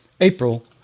April